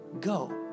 go